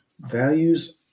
values